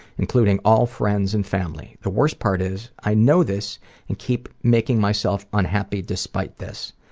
including all friends and family. the worst part is, i know this and keep making myself unhappy despite this.